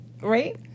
right